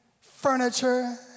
Furniture